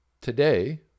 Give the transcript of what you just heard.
today